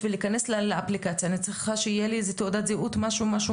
בשביל להיכנס לאפליקציה אני צריכה שתהיה לי איזו תעודת זהות או משהו.